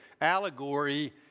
allegory